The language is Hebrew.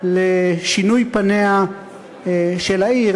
לשינוי פניה של העיר.